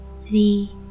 three